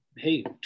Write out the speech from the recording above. hey